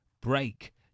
break